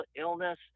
illness